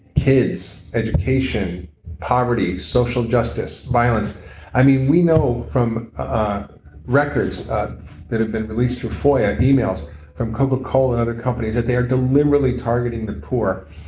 kids, education poverty, social justice, violence i mean we know from records that have been released through foia, emails from cocacola and other companies, that they are deliberately targeting the poor.